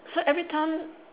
so everytime